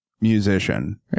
musician